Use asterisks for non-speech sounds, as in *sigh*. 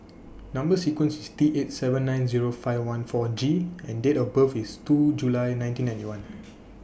*noise* Number sequence IS T eight seven nine Zero five one four G and Date of birth IS two July nineteen ninety one